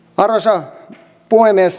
arvoisa puhemies